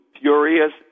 furious